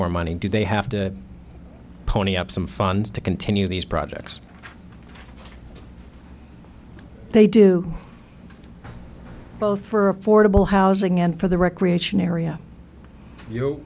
more money do they have to pony up some funds to continue these projects they do both for affordable housing and for the recreation area you